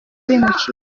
abimukira